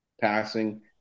passing